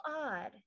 odd